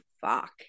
fuck